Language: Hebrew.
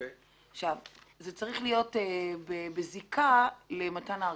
זה צריך להיות בזיקה למתן הארכה.